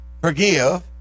forgive